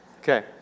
Okay